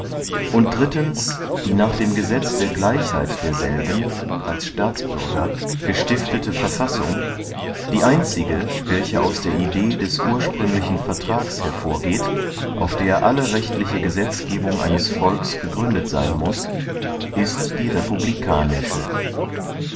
und drittens die nach dem gesetz der gleichheit derselben als staatsbürger gestiftete verfassung die einzige welche aus der idee des ursprünglichen vertrags hervorgeht auf der alle rechtliche gesetzgebung eines volks gegründet seyn muß ist die republikanische